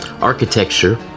Architecture